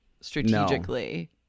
strategically